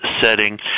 setting